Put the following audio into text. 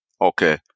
Okay